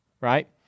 right